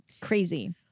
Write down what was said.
crazy